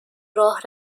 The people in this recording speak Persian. راه